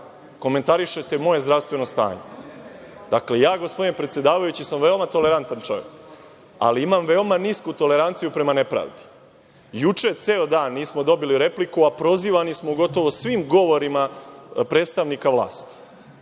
komentarišete moje zdravstveno stanje. Dakle, gospodine predsedavajući, ja sam veoma tolerantan čovek, ali imam veoma nisku toleranciju prema nepravdi. Juče ceo dan nismo dobili repliku, a prozivani smo gotovo u svim govorim predstavnika vlasti.